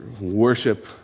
worship